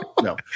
no